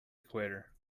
equator